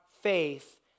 faith